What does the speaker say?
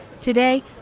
Today